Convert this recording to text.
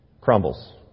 crumbles